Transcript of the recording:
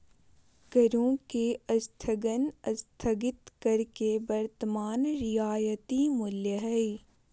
करों के स्थगन स्थगित कर के वर्तमान रियायती मूल्य हइ